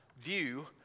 view